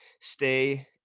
stay